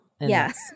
Yes